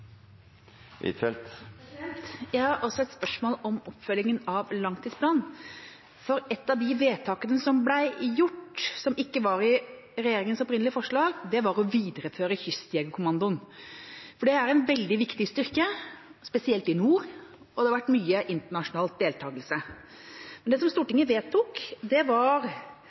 Huitfeldt – til oppfølgingsspørsmål. Jeg har også et spørsmål om oppfølgingen av langtidsplanen. Et av de vedtakene som ble gjort, som ikke var i regjeringas opprinnelige forslag, var å videreføre Kystjegerkommandoen. Det er en veldig viktig styrke, spesielt i nord, og det har vært mye internasjonal deltakelse. Det Stortinget vedtok, var